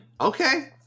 Okay